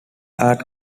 art